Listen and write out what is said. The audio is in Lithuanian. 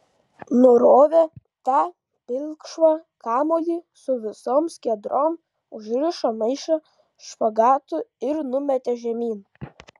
nurovė tą pilkšvą kamuolį su visom skiedrom užrišo maišą špagatu ir numetė žemyn